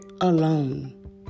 alone